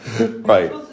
right